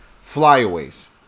Flyaways